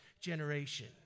generation